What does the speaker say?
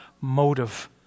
motive